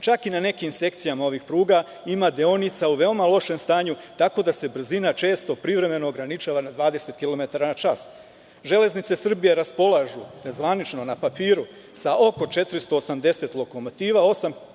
Čak i na nekim sekcijama ovih pruga ima deonica u veoma lošem stanju tako da se brzina često privremeno ograničava na 20 kilometara na čas.„Železnice Srbije“ raspolažu, ne zvanično, na papiru sa oko 480 lokomotiva, 8.500